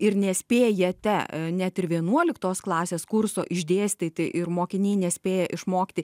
ir nespėjate net ir vienuoliktos klasės kurso išdėstyti ir mokiniai nespėja išmokti